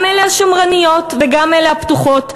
גם אלה השמרניות וגם אלה הפתוחות,